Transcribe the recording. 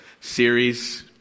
series